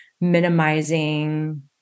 minimizing